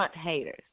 haters